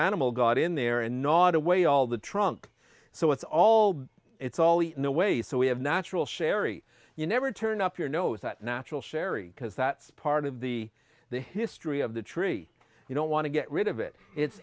animal got in there and gnawed way all the trunk so it's all it's all eaten away so we have natural sherry you never turn up your nose at natural sherry because that's part of the the history of the tree you don't want to get rid of it it's